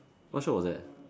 what show was that